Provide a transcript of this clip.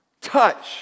Touch